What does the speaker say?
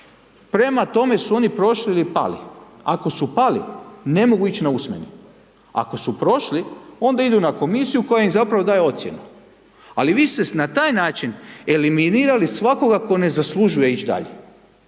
prema tome su oni prošli ili pali. Ako su pali, ne mogu ići na usmeni, ako su prošli, onda idu na Komisiju koja im, zapravo, daje ocjenu. Ali, vi ste na taj način eliminirali svakoga tko ne zaslužuje ići dalje